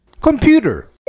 Computer